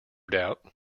doubt